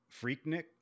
Freaknik